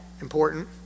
important